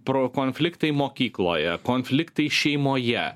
pro konfliktai mokykloje konfliktai šeimoje